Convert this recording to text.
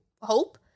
hope